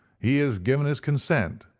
he has given his consent,